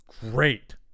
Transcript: great